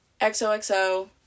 xoxo